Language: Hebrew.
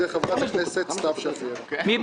בקשה לרוויזיה של חברת הכנסת סתיו שפיר על פנייה